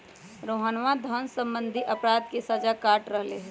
रोहना धन सम्बंधी अपराध के सजा काट रहले है